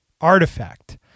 artifact